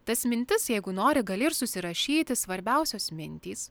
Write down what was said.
tas mintis jeigu nori gali ir susirašyti svarbiausios mintys